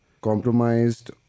compromised